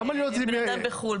אם אדם נמצא בחו"ל?